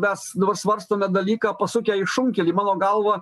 mes dabar svarstome dalyką pasukę į šunkelį mano galva